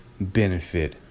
benefit